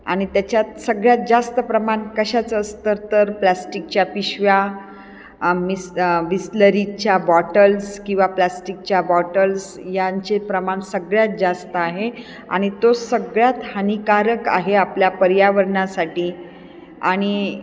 आणि त्याच्यात सगळ्यात जास्त प्रमाण कशाचं असतं तर प्लॅस्टिकच्या पिशव्या बिस् बिसलेरीच्या बॉटल्स किंवा प्लॅस्टिकच्या बॉटल्स यांचे प्रमाण सगळ्यात जास्त आहे आणि तो सगळ्यात हानीकारक आहे आपल्या पर्यावरणासाठी आणि